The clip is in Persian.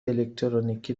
الکترونیکی